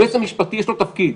ליועץ המשפטי יש תפקיד,